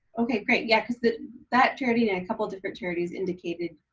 okay, great, yeah cause that that charity and a couple different charities indicated,